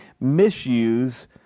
misuse